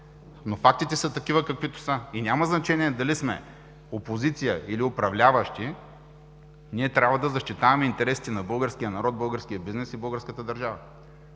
Но фактите са такива, каквито са, и няма значение дали сме опозиция, или управляващи – ние трябва да защитаваме интересите на българския народ, българския бизнес и българската държава.